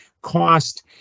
cost